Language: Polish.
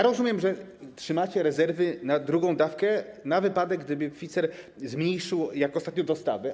Rozumiem, że trzymacie rezerwy na drugą dawkę, na wypadek gdyby Pfizer zmniejszył, jak ostatnio, dostawy.